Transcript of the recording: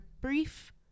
brief